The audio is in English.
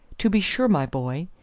to be sure, my boy.